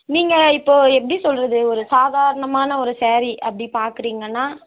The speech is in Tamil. நீங்கள் இப்போது எப்படி சொல்கிறது ஒரு சாதாரணமான ஒரு சேரீ அப்படி பார்க்குறீங்கன்னா